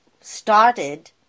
started